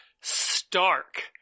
stark